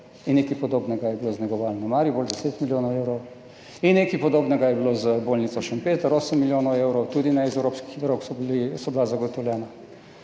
nekaj podobnega je bilo z negovalno Maribor, 10 milijonov evrov, nekaj podobnega je bilo z bolnico Šempeter, 8 milijonov evrov, tudi ne iz evropskih virov, ki so bili zagotovljeni.